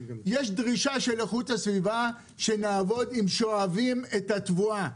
יש דרישה של איכות הסביבה שנעבוד עם שואבים את התבואה.